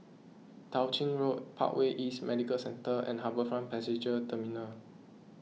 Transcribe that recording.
Tao Ching Road Parkway East Medical Centre and HarbourFront Passenger Terminal